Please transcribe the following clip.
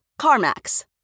CarMax